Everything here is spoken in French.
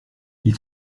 ils